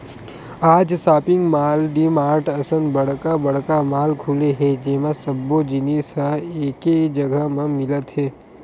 आज shopping mall, DMart असन बड़का बड़का मॉल खुले हे जेमा सब्बो जिनिस ह एके जघा म मिलत हे